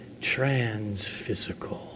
transphysical